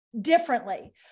differently